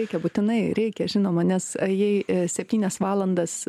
reikia būtinai reikia žinoma nes jei septynias valandas